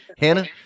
Hannah